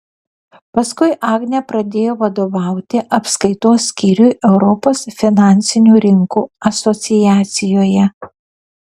paskui agnė pradėjo vadovauti apskaitos skyriui europos finansinių rinkų asociacijoje